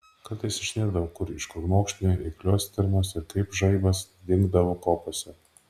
kartais išnirdavo kur iš krūmokšnių eiklios stirnos ir kaip žaibas dingdavo kopose